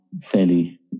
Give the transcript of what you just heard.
fairly